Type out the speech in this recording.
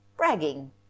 bragging